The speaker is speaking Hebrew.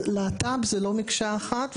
אז להט"ב זה לא מקשה אחת.